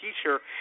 teacher